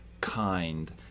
kind-